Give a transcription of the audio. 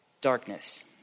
darkness